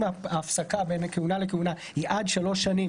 אם ההפסקה בין כהונה לכהונה היא עד שלוש שנים,